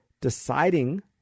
deciding